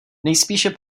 nejspíše